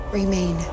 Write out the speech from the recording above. remain